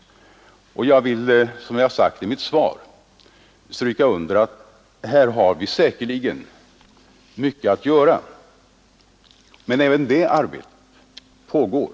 Som jag har gjort i mitt svar vill jag understryka att här säkerligen finns mycket att göra, men även det arbetet pågår.